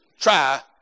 Try